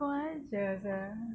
kurang ajar sia